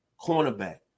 cornerback